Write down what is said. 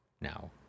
now